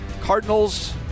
Cardinals